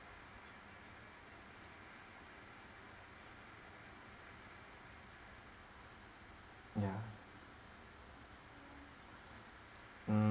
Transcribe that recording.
yeah mm